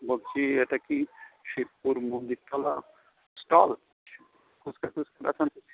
বলছি এটা কি শিবপুর মন্দিরতলা স্টল ফুচকা টুচকা বেচেন তো দিদি